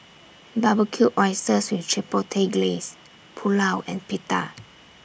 Barbecued Oysters with Chipotle Glaze Pulao and Pita